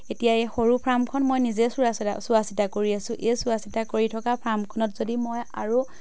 এতিয়া এই সৰু ফাৰ্মখন মই নিজে চোৱা চিতা চোৱা চিতা কৰি আছোঁ এই চোৱা চিতা কৰি থকা ফাৰ্মখনত যদি মই আৰু